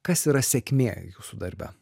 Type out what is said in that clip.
kas yra sėkmė jūsų darbe